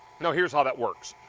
you know here is how that works.